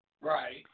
Right